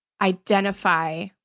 identify